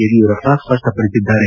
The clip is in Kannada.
ಯಡಿಯೂರಪ್ಪ ಸ್ಪಷ್ಟಪಡಿಸಿದ್ದಾರೆ